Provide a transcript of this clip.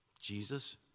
Jesus